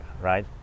right